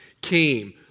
came